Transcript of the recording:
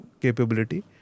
capability